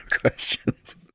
questions